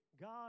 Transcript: God